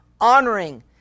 honoring